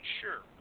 sure